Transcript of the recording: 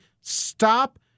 stop